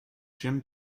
jim